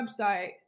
website